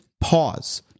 pause